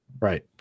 Right